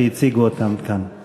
שהם הציגו אותן כאן.